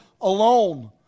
alone